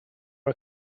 are